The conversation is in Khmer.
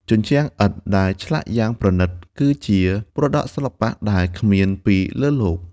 ជញ្ជាំងឥដ្ឋដែលឆ្លាក់យ៉ាងប្រណីត គឺជាមរតកសិល្បៈដែលគ្មានពីរលើលោក។